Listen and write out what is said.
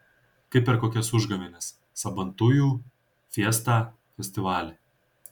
kaip per kokias užgavėnes sabantujų fiestą festivalį